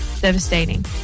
Devastating